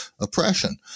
oppression